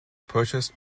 purchased